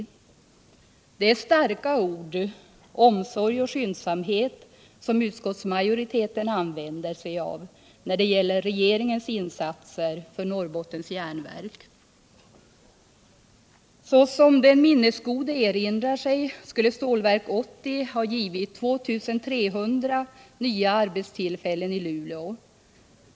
Det är starka ord, ”omsorg” och ”skyndsamhet”, som utskottsmajoriteten använder sig av när det gäller regeringens insatser för Norrbottens Järnverk. Såsom den minnesgoda erinrar sig skulle Stålverk 80 ha givit 2 300 nya arbetstillfällen i Luleå.